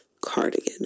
cardigan